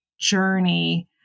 journey